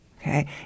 Okay